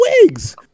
wigs